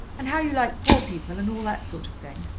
and how you like poor people, and all that sort of thing.